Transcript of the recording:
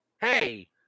Hey